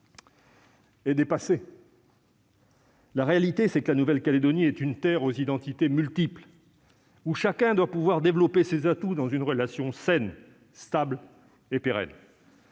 est dépassé. La réalité est que la Nouvelle-Calédonie est une terre aux identités multiples, où chacun doit pouvoir développer ses atouts dans une relation saine, stable et pérenne.